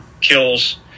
kills